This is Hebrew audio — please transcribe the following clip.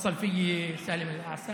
הזכרת את נצרת וח'לת אל-דיר,